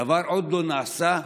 הדבר עוד לא נעשה,